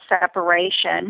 separation